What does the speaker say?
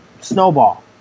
snowball